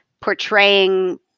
portraying